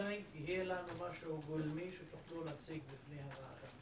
מתי יהיה לנו משהו גולמי שתוכלו להציג בפני הוועדה?